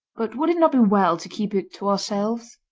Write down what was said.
but would it not be well to keep it to ourselves